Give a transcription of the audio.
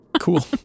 Cool